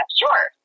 sure